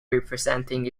representing